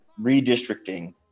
redistricting